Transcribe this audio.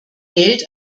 geld